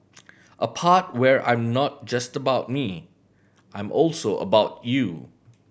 a part where I'm not just about me I'm also about you